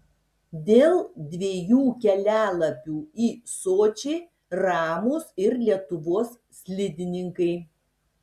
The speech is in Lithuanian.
dėl dviejų kelialapių į sočį ramūs ir lietuvos slidininkai